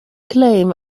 claim